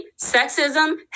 sexism